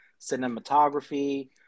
cinematography